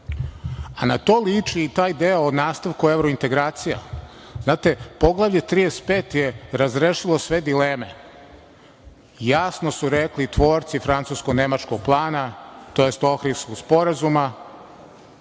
deo? Na to liči i taj deo o nastavku evrointegracija. Znate, Poglavlje 35 je razrešilo sve dileme. Jasno su rekli tvorci francusko-nemačkog plana, tj. Ohridskog sporazuma